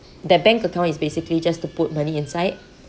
the bank account is basically just to put money inside